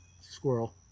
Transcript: squirrel